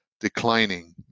declining